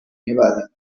nevada